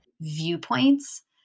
viewpoints